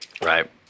Right